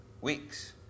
weeks